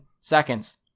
seconds